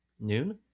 Noon